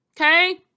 Okay